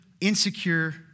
insecure